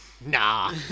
nah